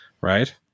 right